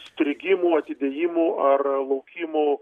strigimų atidėjimų ar laukimų